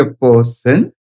person